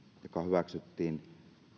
joka hyväksyttiin